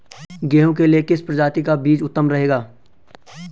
गेहूँ के लिए किस प्रजाति का बीज उत्तम रहेगा?